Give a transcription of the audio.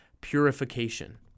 purification